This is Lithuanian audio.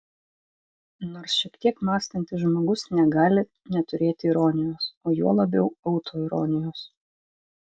nors šiek tiek mąstantis žmogus negali neturėti ironijos o juo labiau autoironijos